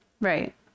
Right